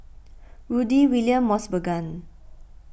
Rudy William Mosbergen